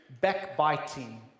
backbiting